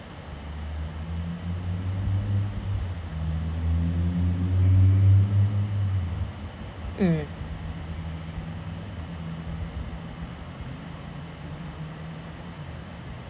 mm